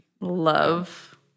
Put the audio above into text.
Love